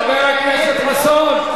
חבר הכנסת חסון,